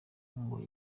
ngo